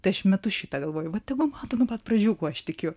tai aš metu šitą galvojau tegu mato nuo pat pradžių kuo aš tikiu